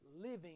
living